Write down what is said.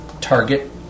target